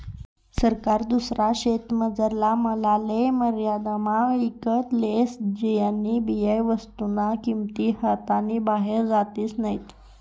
सरकार दुसरा देशमझारला मालले मर्यादामा ईकत लेस ज्यानीबये वस्तूस्न्या किंमती हातनी बाहेर जातीस नैत